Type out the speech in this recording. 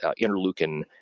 interleukin